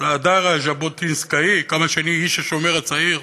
להדר הז'בוטינסקאי, כמה שאני איש "השומר הצעיר",